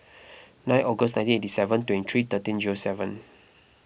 nine August nineteen eighty seven twenty three thirteen seven